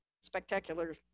spectacular